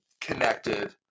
connected